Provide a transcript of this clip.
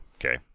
okay